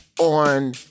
on